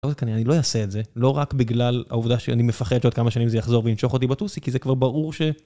אני לא אעשה את זה, לא רק בגלל העובדה שאני מפחד שעוד כמה שנים זה יחזור ויינשוך אותי בטוסיק כי זה כבר ברור ש...